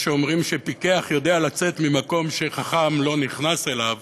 יש אומרים שפיקח יודע לצאת ממקום שחכם לא נכנס אליו.